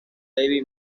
levy